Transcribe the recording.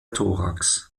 thorax